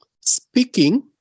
speaking